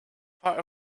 part